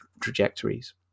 trajectories